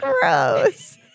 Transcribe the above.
gross